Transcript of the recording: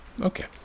Okay